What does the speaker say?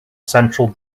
central